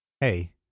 hey